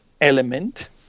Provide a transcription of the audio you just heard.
element